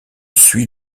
suis